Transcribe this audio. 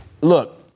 Look